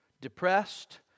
depressed